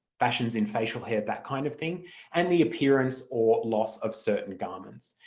fashions in facial hair, that kind of thing and the appearance or loss of certain garments.